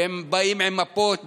והם באים עם מפות,